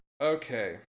Okay